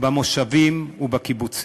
במושבים ובקיבוצים.